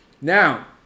Now